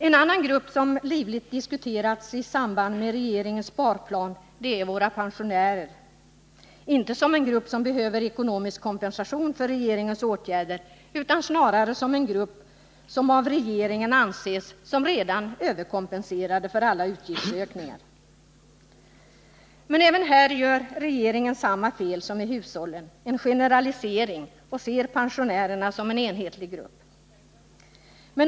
En annan grupp som livligt diskuterats i samband med regeringens sparplan är våra pensionärer — inte som en grupp som behöver ekonomisk kompensation för regeringens åtgärder, utan snarare som en grupp som regeringen anser vara överkompenserad för alla utgiftsökningar. Regeringen gör här samma fel som när det gäller hushållen: man generaliserar och ser pensionärerna som en enhetlig grupp.